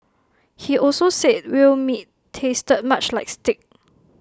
he also said whale meat tasted much like steak